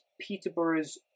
Peterborough's